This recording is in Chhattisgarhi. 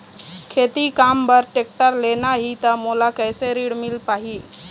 खेती काम बर टेक्टर लेना ही त मोला कैसे ऋण मिल पाही?